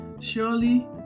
Surely